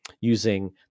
using